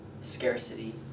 scarcity